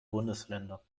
bundesländer